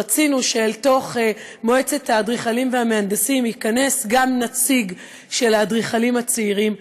רצינו שלמועצת האדריכלים והמהנדסים ייכנס גם נציג של האדריכלים הצעירים.